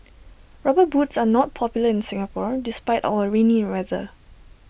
rubber boots are not popular in Singapore despite our rainy weather